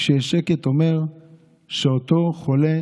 כשיש שקט, זה אומר שאותו חולה